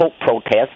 protest